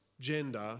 gender